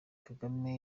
kagame